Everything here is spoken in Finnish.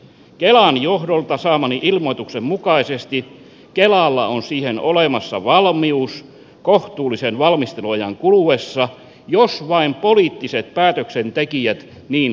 kelan johdolta saamani ilmoituksen mukaisesti kelalla on siihen olemassa valmius kohtuullisen valmisteluajan kuluessa jos vain poliittiset päätöksentekijät niin haluavat